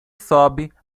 sobe